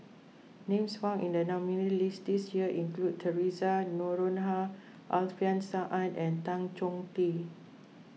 names found in the nominees' list this year include theresa Noronha Alfian Sa'At and Tan Chong Tee